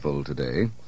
today